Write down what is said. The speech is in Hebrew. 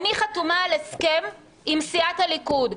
אני חתומה על הסכם עם סיעת הליכוד.